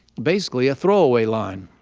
basically a throwaway line.